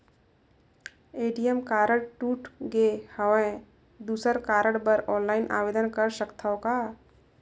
ATM card टूट गे हववं दुसर कारड बर ऑनलाइन आवेदन कर सकथव का?